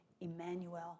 Emmanuel